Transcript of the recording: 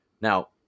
Now